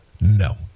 no